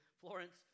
Florence